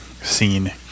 scene